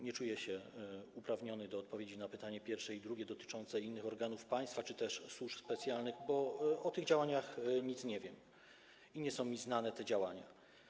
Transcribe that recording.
Nie czuję się uprawniony do odpowiedzi na pytanie pierwsze i drugie, dotyczące innych organów państwa, czy też służb specjalnych, bo o tych działaniach nic nie wiem, nie są mi znane te działania.